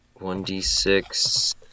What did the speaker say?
1d6